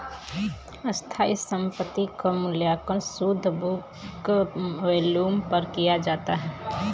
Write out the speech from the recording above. स्थायी संपत्ति क मूल्यांकन शुद्ध बुक वैल्यू पर किया जाता है